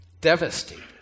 devastated